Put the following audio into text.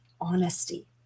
honesty